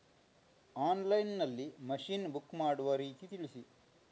Online ನಲ್ಲಿ machine book ಮಾಡುವ ರೀತಿ ತಿಳಿಸಿ?